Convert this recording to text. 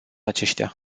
aceștia